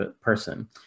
person